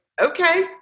okay